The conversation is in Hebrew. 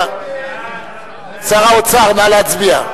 שר האוצר, נא להצביע.